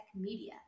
Media